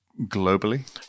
globally